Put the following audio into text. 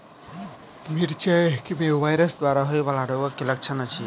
मिरचाई मे वायरस द्वारा होइ वला रोगक की लक्षण अछि?